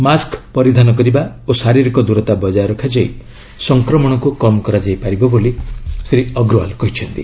mask ପରିଧାନ କରିବା ଓ ଶାରୀରିକ ଦୂରତା ବଜାୟ ରଖାଯାଇ ସଂକ୍ରମଣକୁ କମ୍ କରାଯାଇ ପାରିବ ବୋଲି ଶ୍ରୀ ଅଗ୍ରୱାଲ୍ କହିଛନ୍ତି